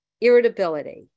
irritability